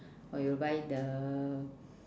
or you buy the